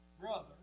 brother